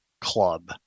club